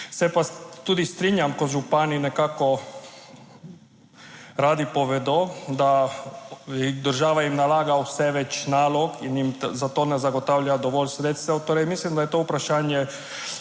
Se pa tudi strinjam, ko župani nekako radi povedo, da država jim nalaga vse več nalog in jim za to ne zagotavlja dovolj sredstev, torej, mislim, da je to vprašanje